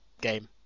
Game